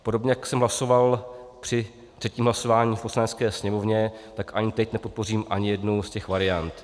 Podobně jako jsem hlasoval při třetím hlasování v Poslanecké sněmovně, tak ani teď nepodpořím ani jednu z těch variant.